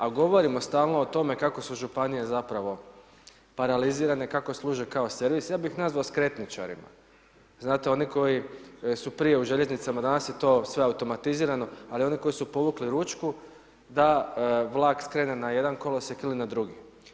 A govorimo stalno o tome kako su županije zapravo paralizirane, kako služe kao servis, ja bih ih nazvao skretničarima, znate oni koji su prije u željeznicama, danas je sve automatizirano, ali oni koji su povukli ručku da vlak skrene na jedan kolosijek ili na drugi.